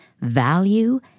value